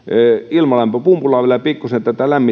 ilmalämpöpumppua pikkusen